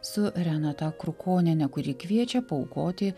su renata krukoniene kuri kviečia paaukoti